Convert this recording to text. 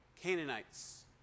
Canaanites